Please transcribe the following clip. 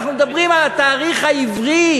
אנחנו מדברים על התאריך העברי,